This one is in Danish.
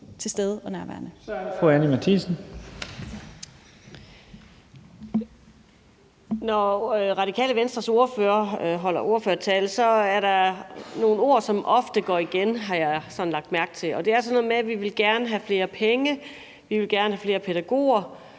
Matthiesen (V): Når Radikale Venstres ordfører holder ordførertaler, er der nogle ord, som ofte går igen, har jeg sådan lagt mærke til, og det er sådan noget med, at man gerne vil have flere penge, at man gerne vil have flere pædagoger,